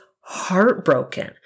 heartbroken